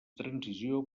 transició